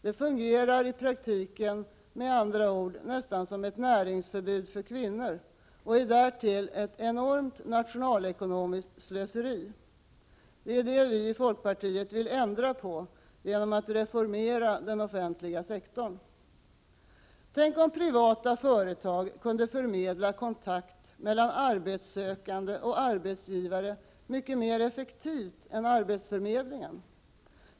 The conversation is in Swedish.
Det fungerar i praktiken med andra ord nästan som näringsförbud för kvinnor och är därtill ett enormt nationalekonomiskt slöseri. Det är det vi i folkpartiet vill ändra på genom att reformera den offentliga sektorn. Tänk om privata företag kunde förmedla kontakt mellan arbetssökande och arbetsgivare mycket mera effektivt än arbetsförmedlingen.